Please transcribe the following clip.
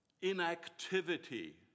inactivity